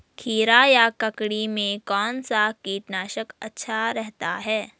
खीरा या ककड़ी में कौन सा कीटनाशक अच्छा रहता है?